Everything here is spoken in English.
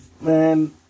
Man